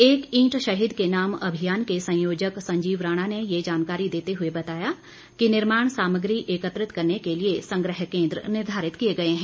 एक ईंट शहीद के नाम अभियान के संयोजक संजीव राणा ने ये जानकारी देते हए बताया कि निर्माण सामग्री एकत्रित करने के लिए संग्रह केंद्र निर्धारित किए गए हैं